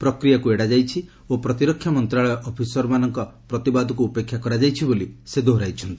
ପ୍ରକ୍ରିୟାକୁ ଏଡ଼ାଯାଇଛି ଓ ପ୍ରତିରକ୍ଷା ମନ୍ତ୍ରଣାଳୟ ଅଫିସର୍ମାନଙ୍କ ପ୍ରତିବାଦକୁ ଉପେକ୍ଷା କରାଯାଇଛି ବୋଲି ସେ ଦୋହରାଇଛନ୍ତି